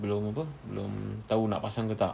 belum apa belum tahu nak pasang ke tak